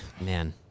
Man